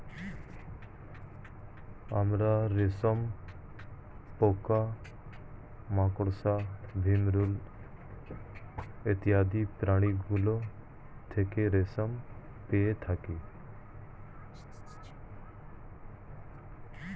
আমরা রেশম পোকা, মাকড়সা, ভিমরূল ইত্যাদি প্রাণীগুলো থেকে রেশম পেয়ে থাকি